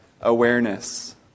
awareness